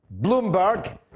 Bloomberg